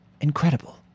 Incredible